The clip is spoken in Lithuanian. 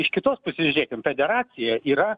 iš kitos pusės žiūrėkim federacija yra